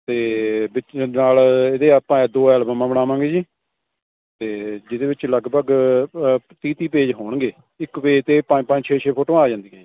ਅਤੇ ਵਿੱਚ ਨਾਲ ਇਹਦੇ ਆਪਾਂ ਦੋ ਐਲਬਮਾਂ ਬਣਾਵਾਂਗੇ ਜੀ ਅਤੇ ਜਿਹਦੇ ਵਿੱਚ ਲਗਭਗ ਤੀਹ ਤੀਹ ਪੇਜ ਹੋਣਗੇ ਇੱਕ ਪੇਜ 'ਤੇ ਪੰਜ ਪੰਜ ਛੇ ਛੇ ਫੋਟੋਆਂ ਆ ਜਾਂਦੀਆਂ ਜੀ